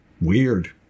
Weird